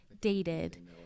dated